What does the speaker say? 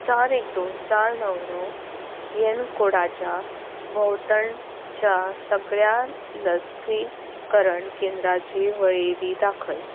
चार एक दोन चार णव णव पिएनकोडाच्या भोंवतणच्या सगळ्या लसी करण केंद्राची वळेरी दाखय